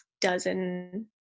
dozen